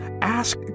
ask